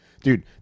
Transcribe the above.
Dude